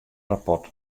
rapport